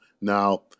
Now